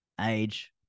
age